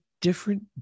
different